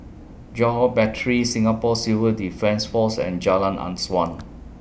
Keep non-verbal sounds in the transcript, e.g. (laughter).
Johore Battery Singapore Civil Defence Force and Jalan (unintelligible)